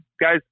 guys